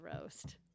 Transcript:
roast